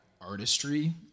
artistry